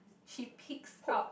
she peeks out